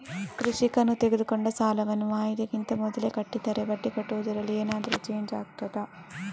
ಕೃಷಿಕನು ತೆಗೆದುಕೊಂಡ ಸಾಲವನ್ನು ವಾಯಿದೆಗಿಂತ ಮೊದಲೇ ಕಟ್ಟಿದರೆ ಬಡ್ಡಿ ಕಟ್ಟುವುದರಲ್ಲಿ ಏನಾದರೂ ಚೇಂಜ್ ಆಗ್ತದಾ?